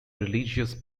religious